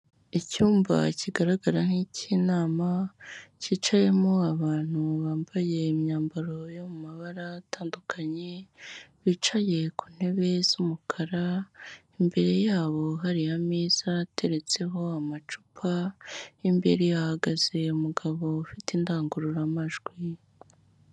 Icyumba kigaragara nk' icy'inama cyicayemo abantu bambaye imyambaro yo mu mabara atandukanye bicaye ku ntebe z'umukara, imbere yabo hari ameza ateretseho amacupa, imbere hahagaze mugabo ufite indangururamajwi.